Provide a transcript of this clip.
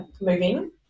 moving